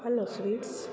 hello sweets